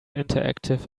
interactive